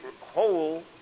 whole